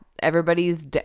everybody's